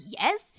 Yes